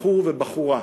בחור ובחורה.